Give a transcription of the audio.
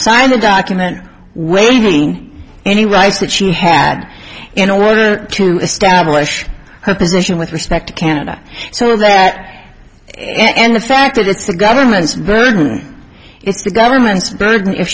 signed the document waiving any rights that she had in order to establish her position with respect to canada so that and the fact that it's the government's it's the government's burden if